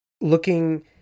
looking